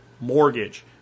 mortgage